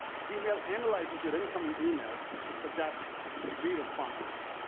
gmail analyzes your incoming email and suggests three responses.